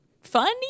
funny